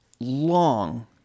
long